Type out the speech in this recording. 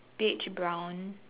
beige brown